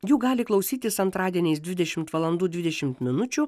jų gali klausytis antradieniais dvidešimt valandų dvidešimt minučių